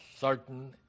certain